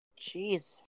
jeez